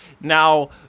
Now